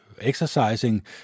exercising